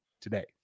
today